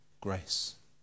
Grace